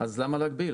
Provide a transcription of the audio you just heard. אז למה להגביל?